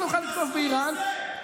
לא מוכן לשרוף את המועדון רק